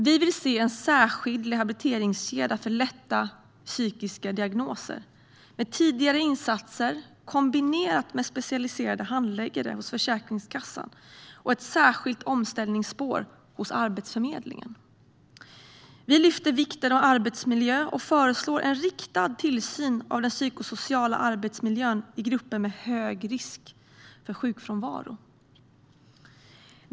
Vi vill se en särskild rehabiliteringskedja för lätta psykiska diagnoser med tidigare insatser kombinerat med specialiserade handläggare hos Försäkringskassan och ett särskilt omställningsspår hos Arbetsförmedlingen. Vi lyfter upp vikten av arbetsmiljön, och vi föreslår en riktad tillsyn av den psykosociala arbetsmiljön i grupper med hög risk för sjukfrånvaro.